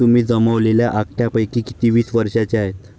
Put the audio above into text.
तुम्ही जमवलेल्या आकड्यांपैकी किती वीस वर्षांचे आहेत?